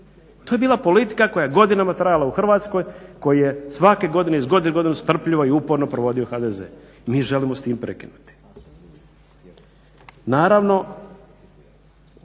To je bila politika koja je godinama trajala u Hrvatskoj, koji je svake godine iz godine u godinu strpljivo i uporno provodio HDZ. Mi želimo s tim prekinuti.